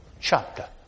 chapter